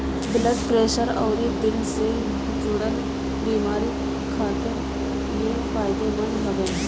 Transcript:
blood pressure अउरी दिल से जुड़ल बेमारी खातिर इ फायदेमंद हवे